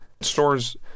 Stores